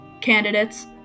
candidates